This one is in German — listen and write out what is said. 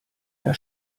herr